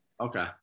okay